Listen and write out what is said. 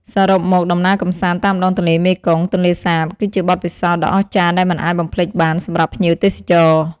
សរុបមក ដំណើរកម្សាន្តតាមដងទន្លេមេគង្គ-ទន្លេសាប គឺជាបទពិសោធន៍ដ៏អស្ចារ្យដែលមិនអាចបំភ្លេចបានសម្រាប់ភ្ញៀវទេសចរ។